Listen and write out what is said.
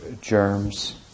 germs